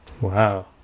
Wow